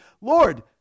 lord